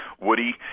Woody